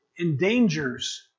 endangers